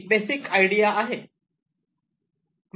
ही basic idea आहे